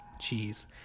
Jeez